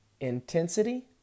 intensity